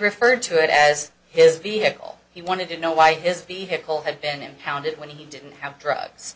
referred to it as his vehicle he wanted to know why his vehicle had been impounded when he didn't have drugs